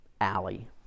Alley